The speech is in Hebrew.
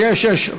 לא, יש, יש.